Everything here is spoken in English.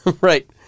Right